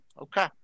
Okay